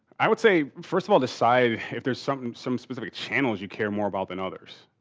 i would say first of all decide if there's something some specific channels you care more about than others,